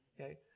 okay